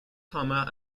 farmer